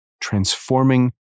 transforming